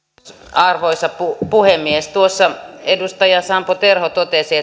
arvoisa puhemies tuossa edustaja sampo terho totesi